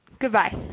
Goodbye